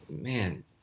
man